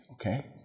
okay